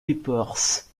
éparses